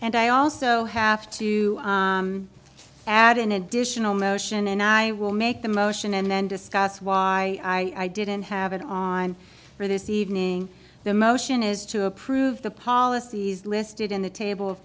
and i also have to add an additional motion and i will make the motion and then discuss why didn't have it on for this evening the motion is to approve the policies listed in the table